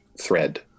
thread